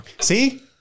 See